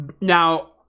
Now